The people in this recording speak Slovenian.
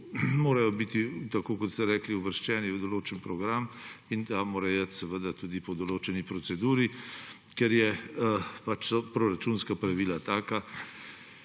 Morajo biti, tako kot ste rekli, uvrščeni v določen program in ta mora iti seveda tudi po določeni proceduri, ker so proračunska pravila taka.